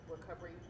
recovery